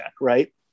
right